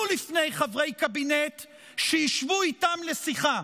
לפני חברי קבינט שישבו איתם לשיחה.